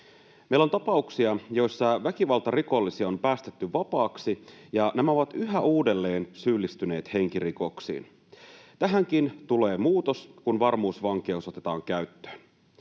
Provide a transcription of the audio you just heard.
Meillä on tapauksia, joissa väkivaltarikollisia on päästetty vapaaksi ja nämä ovat yhä uudelleen syyllistyneet henkirikoksiin. Tähänkin tulee muutos, kun varmuusvankeus otetaan käyttöön.